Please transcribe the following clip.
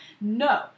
No